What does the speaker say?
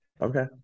Okay